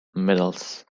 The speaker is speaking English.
medals